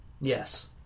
Yes